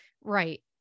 right